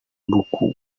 buku